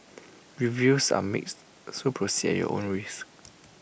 reviews are mixed so proceed at your own risk